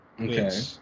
Okay